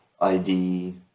ID